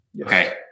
Okay